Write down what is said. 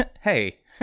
Hey